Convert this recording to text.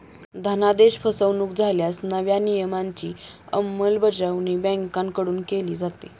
धनादेश फसवणुक झाल्यास नव्या नियमांची अंमलबजावणी बँकांकडून केली जाते